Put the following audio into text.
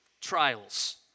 trials